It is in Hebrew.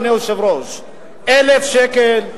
1,000 שקל,